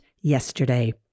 yesterday